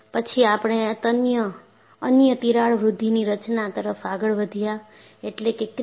પછી આપણે અન્ય તિરાડ વૃદ્ધિની રચના તરફ આગળ વધ્યાએટલે કે ક્રીપ